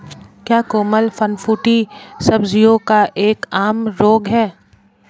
क्या कोमल फफूंदी सब्जियों का एक आम रोग है?